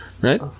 Right